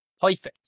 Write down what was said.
perfect